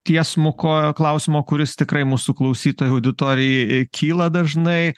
tiesmuko klausimo kuris tikrai mūsų klausytojų auditorijai kyla dažnai